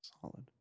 Solid